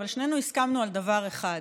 אבל שנינו הסכמנו על דבר אחד: